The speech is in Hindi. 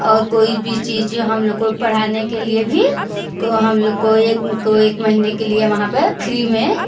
और कोई भी चीज़ हम लोग को पढ़ाने के लिए भी को हम लोग को एक को एक महीने के लिए वहाँ पर फ़्री में